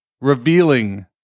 revealing